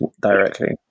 directly